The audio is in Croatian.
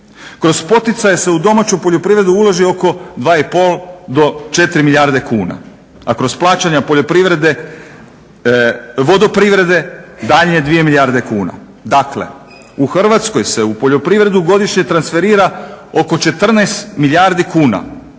Kroz poticaj se u domaću poljoprivredu uloži oko 2,5 do 4 milijarde kuna a kroz plaćanja poljoprivrede, vodoprivrede daljnje dvije milijarde kuna. Dakle, u Hrvatskoj se u poljoprivredu godišnje transferira oko 14 milijardi kuna.